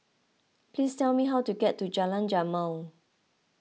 please tell me how to get to Jalan Jamal